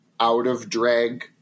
out-of-drag